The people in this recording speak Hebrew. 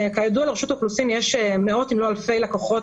כידוע לרשות האוכלוסין יש מאות אם לא אלפי לקוחות,